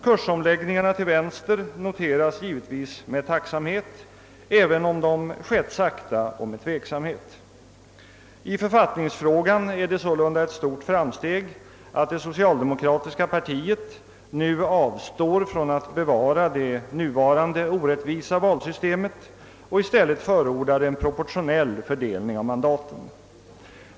Kursomläggningarna till vänster noteras givetvis med tacksamhet, även om de sker sakta och med tveksamhet. I författningsfrågan är det ett stort framsteg att det socialdemokratiska partiet avstår från att bevara det nuvarande orättvisa valsystemet och i stället förordar en proportionell fördelning av mandaten.